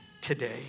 today